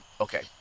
okay